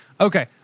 Okay